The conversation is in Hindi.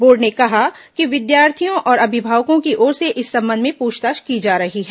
बोर्ड ने कहा कि विद्यार्थियों और अभिभावकों की ओर से इस संबंध में पूछताछ की जा रही है